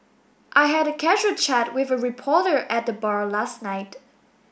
I had a casual chat with a reporter at the bar last night